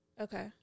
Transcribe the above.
Okay